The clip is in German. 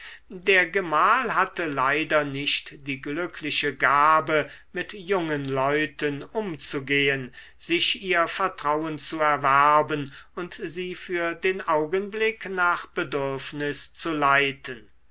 der gemahl hatte leider nicht die glückliche gabe mit jungen leuten umzugehen sich ihr vertrauen zu erwerben und sie für den augenblick nach bedürfnis zu leiten